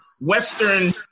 Western